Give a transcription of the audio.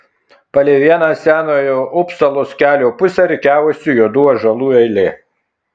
palei vieną senojo upsalos kelio pusę rikiavosi juodų ąžuolų eilė